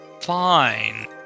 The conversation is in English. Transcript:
fine